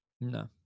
No